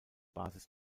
basis